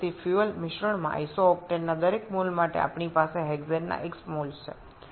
সুতরাং আইসোকটেনের প্রতিটি মোল এর জন্য আমাদের জ্বালানী মিশ্রণে হেক্সেনের x মোল রয়েছে